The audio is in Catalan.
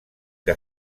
que